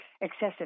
excessive